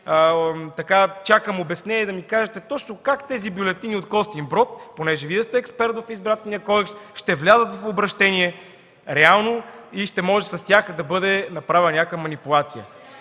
чакам обяснение, да ми каже как точно тези бюлетини от Костинброд, понеже Вие сте експерт по Изборния кодекс, ще влязат в обръщение реално и ще може чрез тях да бъде направена някаква манипулация?